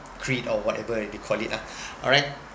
creed or whatever that they call it lah alright